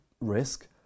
risk